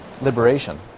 liberation